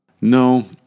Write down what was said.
No